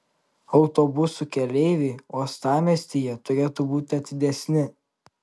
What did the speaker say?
autobusų keleiviai uostamiestyje turėtų būti atidesni